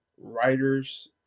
writers